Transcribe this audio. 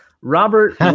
Robert